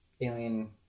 alien